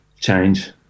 change